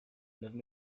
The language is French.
neuves